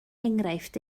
enghraifft